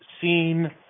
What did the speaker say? seen